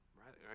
right